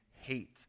hate